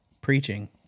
preaching